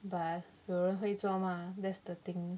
but 有人会做吗 that's the thing